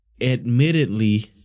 admittedly